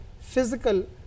physical